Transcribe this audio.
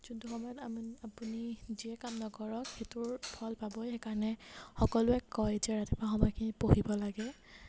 যোনটো সময়ত আপুনি যিয়ে কাম নকৰক সেইটোৰ ফল পাবই সেইকাৰণে সকলোৱে কয় যে ৰাতিপুৱা সময়খিনিত পঢ়িব লাগে